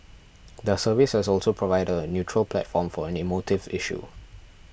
the service has also provided a neutral platform for an emotive issue